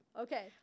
Okay